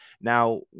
Now